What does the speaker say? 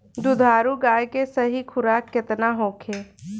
दुधारू गाय के सही खुराक केतना होखे?